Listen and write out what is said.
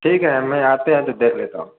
ठीक है मैं आते आते देख लेता हूँ